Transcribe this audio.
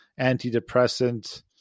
antidepressant